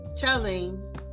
telling